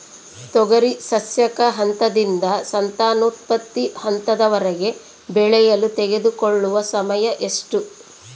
ತೊಗರಿ ಸಸ್ಯಕ ಹಂತದಿಂದ ಸಂತಾನೋತ್ಪತ್ತಿ ಹಂತದವರೆಗೆ ಬೆಳೆಯಲು ತೆಗೆದುಕೊಳ್ಳುವ ಸಮಯ ಎಷ್ಟು?